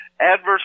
Adverse